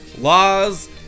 laws